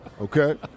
okay